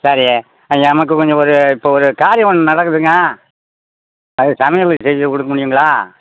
சரி அது நமக்கு கொஞ்சம் ஒரு இப்போது ஒரு காரியம் ஒன்று நடக்குதுங்க அதுக்கு சமையல் செஞ்சுக் கொடுக்க முடியுங்களா